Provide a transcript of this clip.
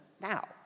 now